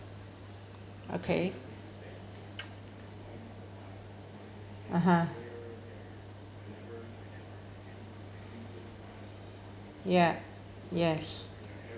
okay (uh huh) ya yes